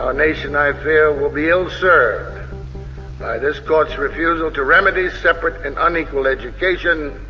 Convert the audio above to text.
um nation, i fear, will be ill served by this court's refusal to remedy separate and unequal education.